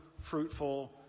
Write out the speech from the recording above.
fruitful